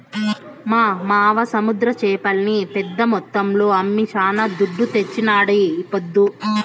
మా మావ సముద్ర చేపల్ని పెద్ద మొత్తంలో అమ్మి శానా దుడ్డు తెచ్చినాడీపొద్దు